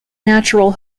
natural